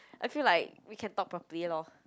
I feel like we can talk properly lor